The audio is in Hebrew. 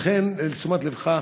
לתשומת לבך,